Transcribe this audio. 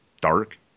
dark